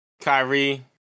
Kyrie